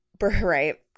right